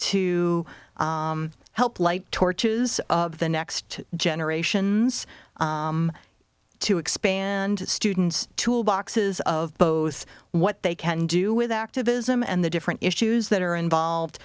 to help light torches of the next generations to expand students tool boxes of both what they can do with activism and the different issues that are involved